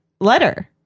letter